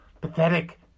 Pathetic